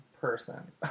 person